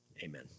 Amen